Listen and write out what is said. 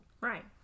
right